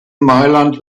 mailand